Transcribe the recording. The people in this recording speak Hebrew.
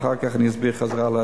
ואחר כך אני אחזור לשביתה.